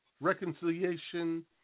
reconciliation